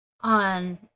on